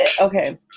Okay